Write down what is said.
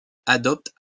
adoptent